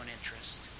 interest